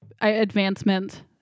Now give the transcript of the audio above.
advancement